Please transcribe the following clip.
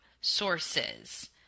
sources